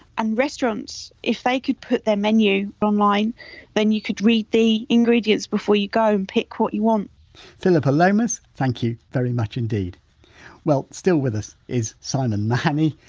and restaurants, if they could put their menu online then you could read the ingredients before you go and pick what you want philippa lomaz thank you very much indeed well still with us simon mahoney.